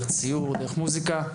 ציורים ומוזיקה.